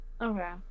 Okay